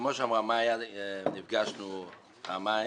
כמו שאמרה מאיה, נפגשנו פעמיים